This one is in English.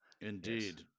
indeed